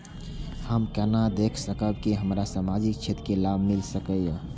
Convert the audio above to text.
हम केना देख सकब के हमरा सामाजिक क्षेत्र के लाभ मिल सकैये?